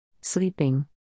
Sleeping